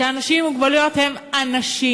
שאנשים עם מוגבלויות הם אנשים.